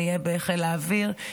אני אהיה בחיל האוויר,